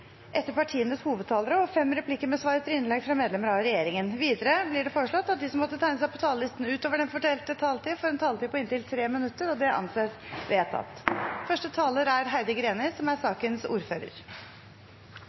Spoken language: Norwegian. etter innlegg fra partienes hovedtalere og fem replikker med svar etter innlegg fra medlemmer av regjeringen. Videre blir det foreslått at de som måtte tegne seg på talerlisten utover den fordelte taletid, får en taletid på inntil 3 minutter. – Det anses vedtatt.